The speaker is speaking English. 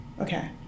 Okay